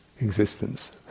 existence